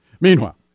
Meanwhile